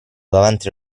davanti